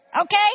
Okay